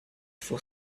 for